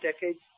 decades